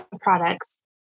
products